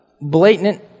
blatant